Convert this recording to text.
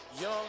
young